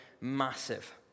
massive